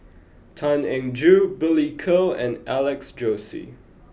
Tan Eng Joo Billy Koh and Alex Josey